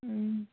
ও